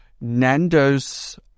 Nando's